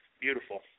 beautiful